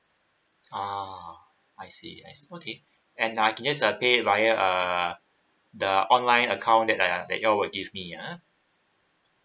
uh I see I see okay and I can just pay via err the online account that uh that your will give me ah